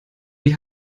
die